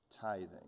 tithing